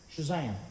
Shazam